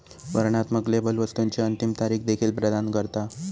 वर्णनात्मक लेबल वस्तुची अंतिम तारीख देखील प्रदान करता